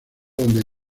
donde